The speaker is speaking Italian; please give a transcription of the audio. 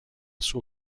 suo